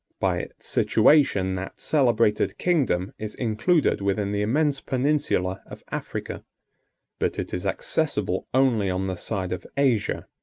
by its situation that celebrated kingdom is included within the immense peninsula of africa but it is accessible only on the side of asia,